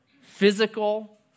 physical